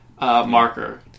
marker